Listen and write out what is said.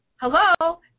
hello